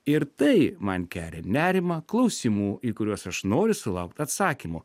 ir tai man kelia nerimą klausimų į kuriuos aš noriu sulaukt atsakymų